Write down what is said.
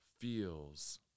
feels